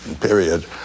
period